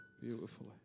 beautifully